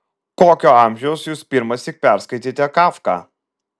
kokio amžiaus jūs pirmąsyk perskaitėte kafką